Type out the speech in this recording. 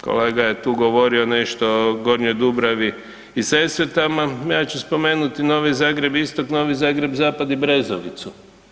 Kolega je tu govorio nešto o Gornjoj Dubravi i Sesvetama, ja ću spomenuti Novi Zagreb istok, Novi Zagreb zapad i Brezovicu.